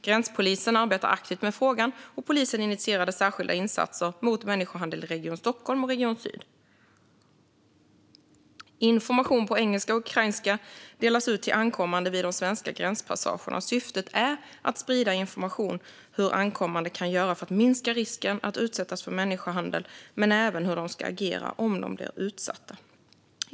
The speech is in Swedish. Gränspolisen arbetar aktivt med frågan, och polisen initierade särskilda insatser mot människohandel i Region Stockholm och Region Syd. Information på engelska och ukrainska delas ut till ankommande vid de svenska gränspassagerna. Syftet är att sprida information om hur ankommande kan göra för att minska risken att utsättas för människohandel men även om hur de ska agera om de blir utsatta.